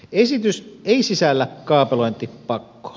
esitys ei sisällä kaapelointipakkoa